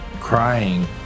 crying